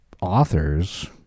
authors